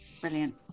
Brilliant